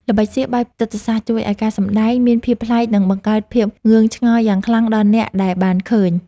ល្បិចសៀកបែបចិត្តសាស្ត្រជួយឱ្យការសម្តែងមានភាពប្លែក និង បង្កើតភាពងឿងឆ្ងល់យ៉ាងខ្លាំងដល់អ្នកដែលបានឃើញ។